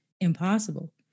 impossible